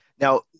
Now